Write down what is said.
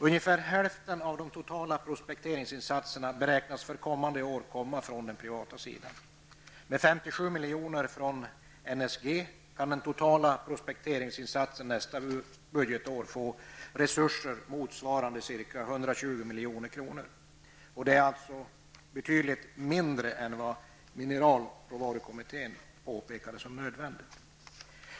Ungefär hälften av de totala prospekteringsinsatserna beräknas för kommande budgetår komma från den privata sidan. Med 57 milj.kr. från NSG kan den totala prospekteringsinsatsen nästa budgetår få resurser motsvarande ca 120 milj.kr. Det är alltså betydligt mindre än vad mineralråvarukommittén påpekade som nödvändigt.